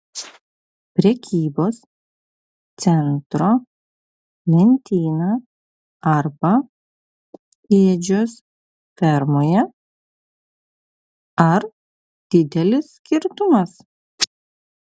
prekybos centro lentyna arba ėdžios fermoje ar didelis skirtumas